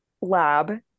lab